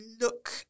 look